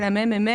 של המ.מ.מ,